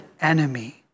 enemy